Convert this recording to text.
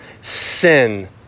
sin